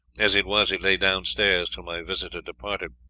as it was, it lay downstairs till my visitor departed.